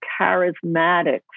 charismatic